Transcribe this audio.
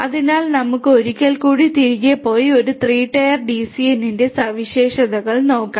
അതിനാൽ നമുക്ക് ഒരിക്കൽക്കൂടി തിരികെ പോയി ഒരു 3 ടയർ ഡിസിഎന്റെ സവിശേഷതകൾ നോക്കാം